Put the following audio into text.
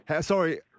Sorry